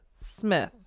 Smith